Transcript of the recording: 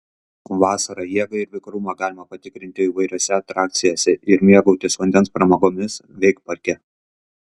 vasarą jėgą ir vikrumą galima patikrinti įvairiose atrakcijose ir mėgautis vandens pramogomis veikparke